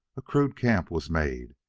a rude camp was made,